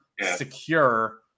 secure